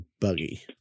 buggy